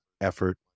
effort